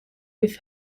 with